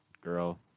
girl